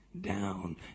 down